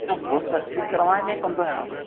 हाँ full servicing करवाएँगे अपन तो यार